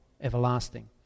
everlasting